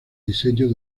diseño